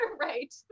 Right